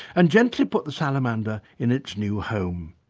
and gently put the salamander in its new home.